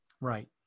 Right